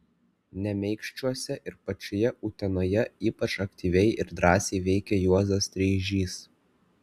nemeikščiuose ir pačioje utenoje ypač aktyviai ir drąsiai veikė juozas streižys